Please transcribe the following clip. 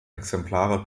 exemplare